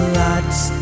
lots